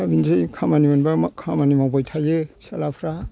दा बिनिफ्राय खामानि मोनबा खामानि मावबाय थायो फिसालाफ्रा